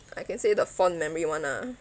I can say the fond memory one ah